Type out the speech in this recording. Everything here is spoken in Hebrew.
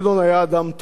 איש רעים,